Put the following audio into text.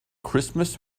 christmas